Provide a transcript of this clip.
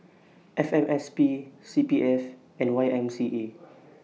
F M S P C P F and Y M C A